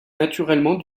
naturellement